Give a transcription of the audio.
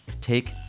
take